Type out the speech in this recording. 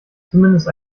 zumindest